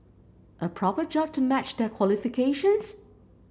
a proper job to match their qualifications